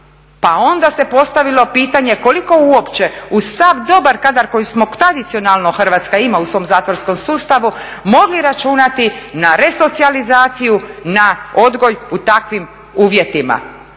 Pa onda se postavilo pitanje koliko uopće uz sav dobar kadar koji tradicionalno Hrvatska ima u svom zatvorskom sustavu, mogli računati na resocijalizaciju, na odgoj u takvim uvjetima